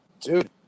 Dude